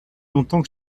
longtemps